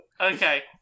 Okay